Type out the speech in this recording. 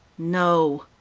no!